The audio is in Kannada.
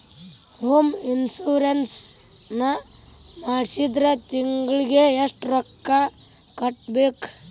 ಹೊಮ್ ಇನ್ಸುರೆನ್ಸ್ ನ ಮಾಡ್ಸಿದ್ರ ತಿಂಗ್ಳಿಗೆ ಎಷ್ಟ್ ರೊಕ್ಕಾ ಕಟ್ಬೇಕ್?